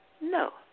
No